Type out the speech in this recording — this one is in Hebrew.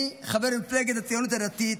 אני חבר מפלגת הציונות הדתית,